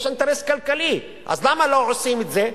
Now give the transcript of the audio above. יש אינטרס כלכלי, אז למה לא עושים את זה?